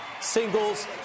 singles